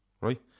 right